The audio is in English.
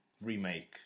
remake